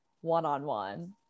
one-on-one